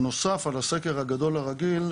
בנוסף על הסקר הגדול הרגיל,